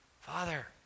Father